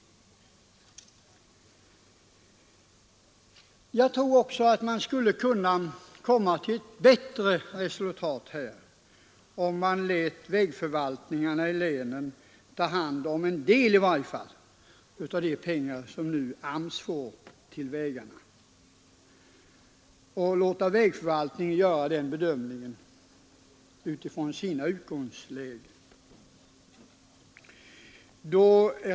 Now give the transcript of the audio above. Jag tror att man skulle komma till ett bättre resultat om man lät vägförvaltningarna i länen ta hand om i varje fall en del av de pengar som AMS nu får till vägarna. AMS skulle då kunna göra bedömningen utifrån sina utgångslägen.